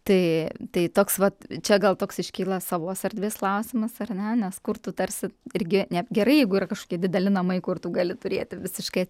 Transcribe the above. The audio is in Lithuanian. tai tai toks vat čia gal toks iškyla savos erdvės klausimas ar ne nes kur tu tarsi irgi ne gerai jeigu yra kažkokie dideli namai kur tu gali turėti visiškai